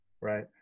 Right